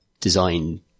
design